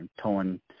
towing